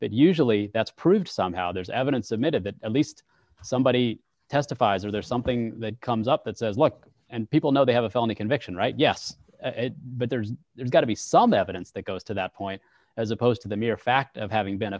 but usually that's proved somehow there's evidence admitted that at least somebody testifies or there's something that comes up that's what and people know they have a felony conviction right yes but there's got to be some evidence that goes to that point as opposed to the mere fact of having been